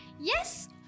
Yes